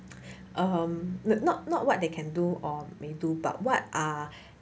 um not not not what they can do or may do but what are